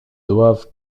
doivent